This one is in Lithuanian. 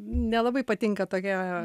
nelabai patinka tokia